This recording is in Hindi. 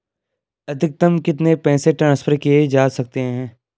अधिकतम कितने पैसे ट्रांसफर किये जा सकते हैं?